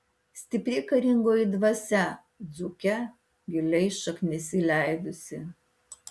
stipri karingoji dvasia dzūke giliai šaknis įleidusi